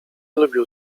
lubił